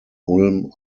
ulm